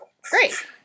Great